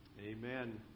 Amen